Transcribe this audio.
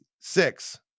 six